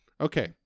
okay